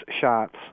shots